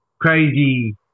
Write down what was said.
crazy